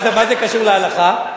מה זה קשור להלכה?